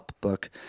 book